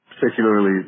particularly